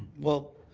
well,